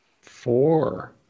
four